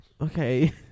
Okay